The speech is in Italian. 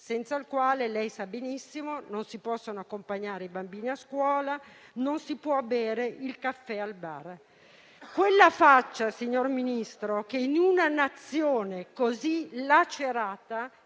senza il quale - lei sa benissimo - non si possono accompagnare i bambini a scuola, non si può bere il caffè al bar. Quella faccia, signor Ministro, che in una Nazione così lacerata